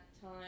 time